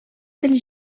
тел